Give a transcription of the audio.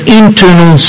internal